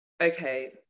Okay